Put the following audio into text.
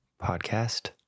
Podcast